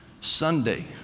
Sunday